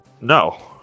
No